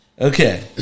Okay